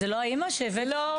זה לא האמא שהבאנו?